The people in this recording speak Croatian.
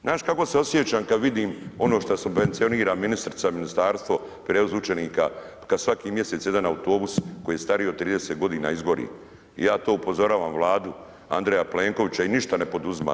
Znaš kako se osjećam kad vidi ono što subvencionira ministrica, ministarstvo prijevoz učenika, kad svaki mjesec jedan autobus koji je stariji od 30 godina izgori, i ja to upozoravam Vladu Andreja Plenkovića i ništa ne poduzima.